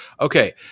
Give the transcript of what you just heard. Okay